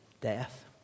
death